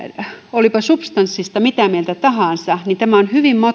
olipa substanssista mitä mieltä tahansa niin tämä on hyvin